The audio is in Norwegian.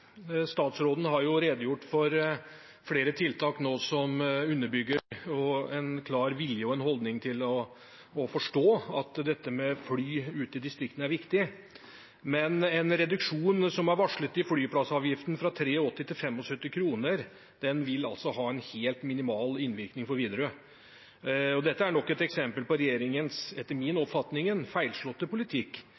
flere tiltak som underbygger en klar vilje til – og en holdning om – å forstå at dette med fly ute i distriktene er viktig. Men en reduksjon som er varslet i flyplassavgiften, fra 83 til 75 kr, vil ha en helt minimal innvirkning for Widerøe. Dette er nok et eksempel på regjeringens, etter min